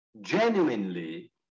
genuinely